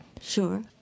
Sure